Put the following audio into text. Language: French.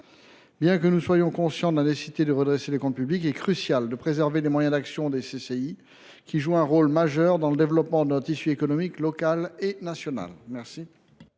Bien que nous soyons conscients de la nécessité de redresser les comptes publics, il est crucial de préserver les moyens d’action des CCI, qui jouent un rôle majeur dans le développement de notre tissu économique, tant local que national. Les